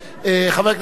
חבר הכנסת ברכה,